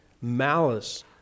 malice